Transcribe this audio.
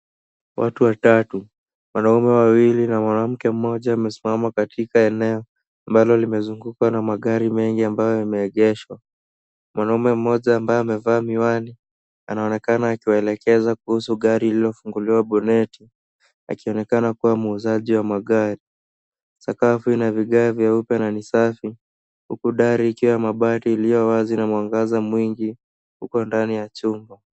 Watu watatu, wanaume wawili na mwanamke mmoja wamesimama katika eneo ambalo limezungukwa na magari mengi ambayo yameegeshwa. Mwanaume mmoja ambaye amevaa miwani anaonekana akiwaelekeza kuhusu gari lililofunguliwa boneti akionekana kuwa muuzaji wa magari. Sakafu ina vigae vyeupe na ni safi huku dari ikiwa ya mabati iliyo wazi na mwangaza mwingi uko ndani ya chumba.